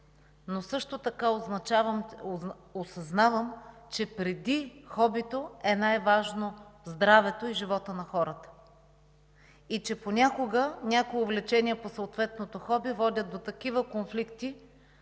Но също така осъзнавам, че преди хобито най-важното е здравето и животът на хората и че понякога някои влечения по съответното хоби водят до такива конфликти,